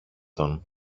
τον